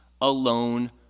alone